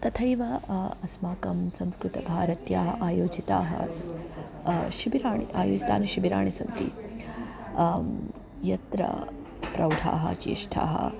तथैव अस्माकं संस्कृतभारत्याः आयोजितानि शिबिराणि आयोजितानि शिबिराणि सन्ति यत्र प्रौढाः ज्येष्ठाः